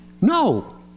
No